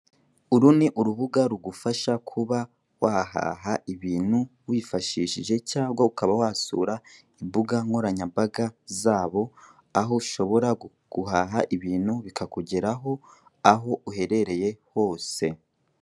Uru ni urubuga rugufasha kuba wahaha ibintu wifashishije cyangwa ukaba wasura imbugankoranyambaga zabo, aho ushobora guhaha ibintu bikakugerago aho uherere hose.